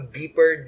deeper